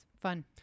fun